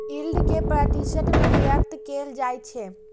yield कें प्रतिशत मे व्यक्त कैल जाइ छै